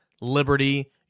Liberty